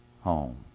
home